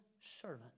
servant